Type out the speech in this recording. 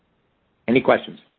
any questions?